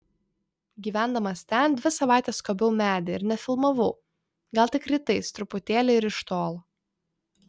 gyvendamas ten dvi savaites skobiau medį ir nefilmavau gal tik rytais truputėlį ir iš tolo